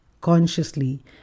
consciously